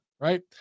right